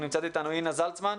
נמצאת אתנו אינה זלצמן,